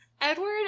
Edward